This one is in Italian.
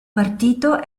partito